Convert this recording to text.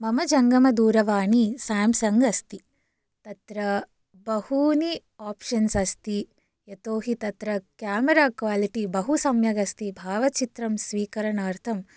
मम जङ्गम दूरवाणी साम्सङ् अस्ति तत्र बहूनि ओप्शन्स् अस्ति यतोहि तत्र क्यामरा क्वालिटि बहु सम्यक् अस्ति भावचित्रं स्वीकरणार्थम्